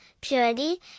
purity